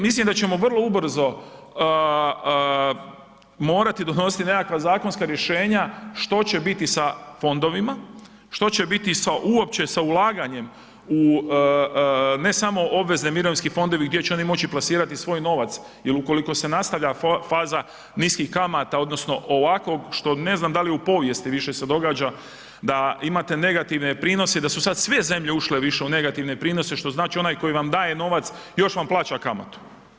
Mislim da ćemo vrlo ubrzo morati donositi nekakva zakonska rješenja što će biti sa fondovima, što će biti uopće sa ulaganjem ne samo u obvezne mirovinski fondovi gdje će oni moći plasirati svoj novac jel ukoliko se nastavlja faza niskih kamata odnosno ovako što ne znam da li u povijesti više se događa da imate negativne prinose i da su sve zemlje ušle više u negativne prinose, što znači onaj koji vam daje novac još vam plaća kamatu.